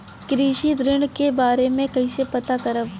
कृषि ऋण के बारे मे कइसे पता करब?